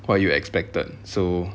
what you expected so